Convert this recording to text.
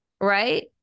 Right